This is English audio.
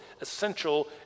essential